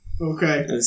Okay